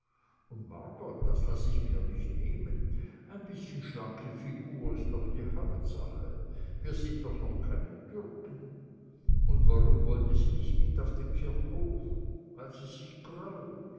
und margot das laß ich mir nicht nehmen ein bißchen schlanke figur ist doch die hauptsache wir sind doch noch keine türken und warum wollte sie nicht mit auf den kirchhof weil sie sich